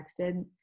texted